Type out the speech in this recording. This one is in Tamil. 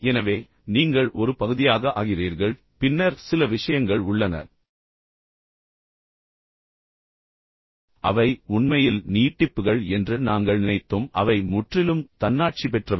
எனவே நீங்கள் ஒரு பகுதியாக ஆகிறீர்கள் பின்னர் சில விஷயங்கள் உள்ளன அவை உண்மையில் நீட்டிப்புகள் என்று நாங்கள் நினைத்தோம் அவை முற்றிலும் தன்னாட்சி பெற்றவை